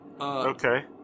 Okay